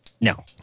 No